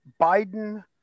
biden